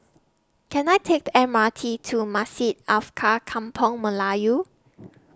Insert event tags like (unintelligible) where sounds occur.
Can I Take The M R T to Masjid (unintelligible) Kampung Melayu (noise)